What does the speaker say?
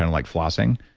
and like flossing,